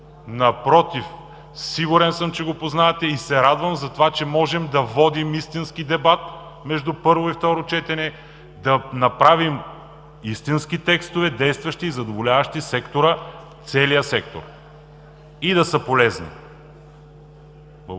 напротив, сигурен съм, че го познавате и се радвам за това, че можем да водим истински дебат между първо и второ четене, да направим истински текстове, действащи и задоволяващи сектора – целият сектор, и да са полезни. Благодаря.